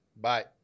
Bye